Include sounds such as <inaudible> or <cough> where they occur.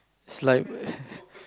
it's like <laughs>